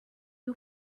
you